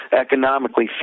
economically